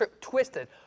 twisted